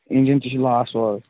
engine تہِ چھُ لَاس سورُے